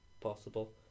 possible